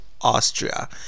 Austria